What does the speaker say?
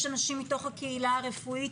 יש אנשים מתוך הקהילה הרפואית,